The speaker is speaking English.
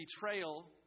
betrayal